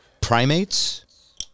Primates